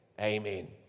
amen